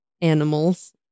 animals